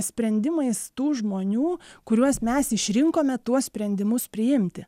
sprendimais tų žmonių kuriuos mes išrinkome tuos sprendimus priimti